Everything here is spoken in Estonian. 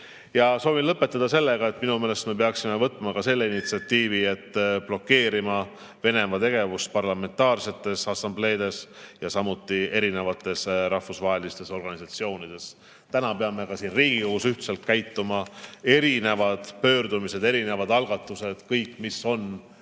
Soovin lõpetada sellega, et minu meelest me peaksime võtma ka selle initsiatiivi, et blokeerime Venemaa tegevuse parlamentaarsetes assambleedes ja ka rahvusvahelistes organisatsioonides. Täna peame ka siin Riigikogus ühtselt käituma. Kõik need erinevad pöördumised, erinevad algatused, mis on